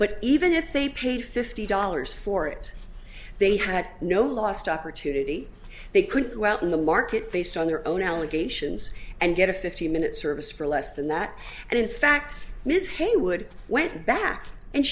but even if they paid fifty dollars for it they had no last opportunity they could go out in the market based on their own allegations and get a fifteen minute service for less than that and in fact miss heywood went back and